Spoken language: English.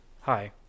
Hi